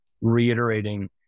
Reiterating